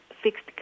fixed